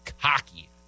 cocky